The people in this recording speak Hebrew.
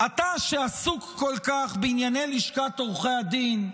אתה שעסוק כל כך בענייני לשכת עורכי הדין,